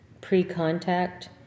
pre-contact